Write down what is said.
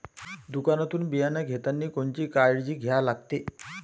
दुकानातून बियानं घेतानी कोनची काळजी घ्या लागते?